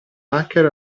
hacker